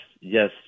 yes